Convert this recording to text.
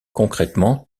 concrètement